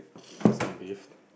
some beef